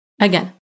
Again